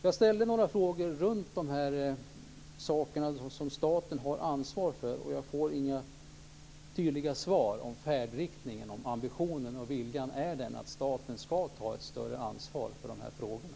Jag ställde några frågor om de saker som staten har ansvar för. Men jag får inga tydliga svar om färdriktningen, om ambitionen och viljan är att staten ska ta ett större ansvar för de här frågorna.